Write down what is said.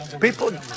People